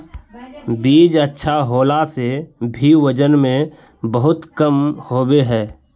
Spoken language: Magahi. बीज अच्छा होला से भी वजन में बहुत कम होबे है?